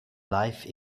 life